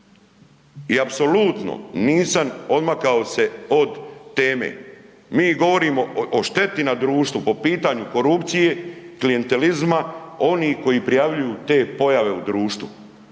I apsolutno nisam odmakao se od teme. Mi govorimo o šteti na društvu po pitanju korupcije, klijentelizma onih koji prijavljuju te pojave u društvu.